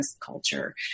culture